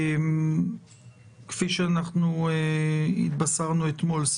כפי שאנחנו התבשרנו אתמול,